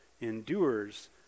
endures